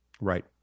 Right